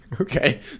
okay